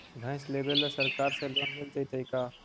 भैंस लेबे ल सरकार से लोन मिल जइतै का?